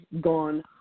gone